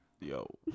Yo